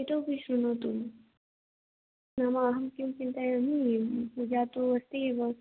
इतोऽपि शृणोतु नाम अहं किं चिन्तयामि पूजा तु अस्ति एव